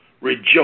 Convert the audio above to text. rejoice